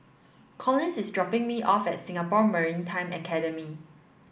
Collins is dropping me off at Singapore Maritime Academy